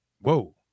whoa